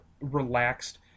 relaxed